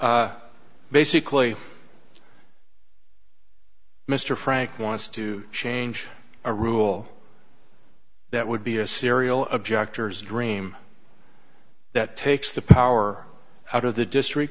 red basically mr frank wants to change a rule that would be a serial objectors dream that takes the power out of the district